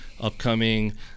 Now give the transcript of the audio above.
upcoming